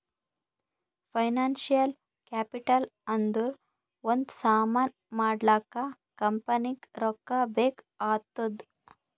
financial capital ಅಂದುರ್ ಒಂದ್ ಸಾಮಾನ್ ಮಾಡ್ಲಾಕ ಕಂಪನಿಗ್ ರೊಕ್ಕಾ ಬೇಕ್ ಆತ್ತುದ್